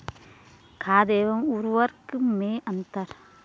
खाद एवं उर्वरक में अंतर?